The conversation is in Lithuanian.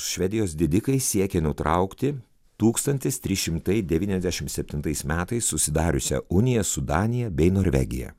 švedijos didikai siekė nutraukti tūkstantis trys šimtai devyniasdešim septintais metais susidariusią uniją su danija bei norvegija